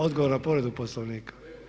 Odgovor na povredu Poslovnika.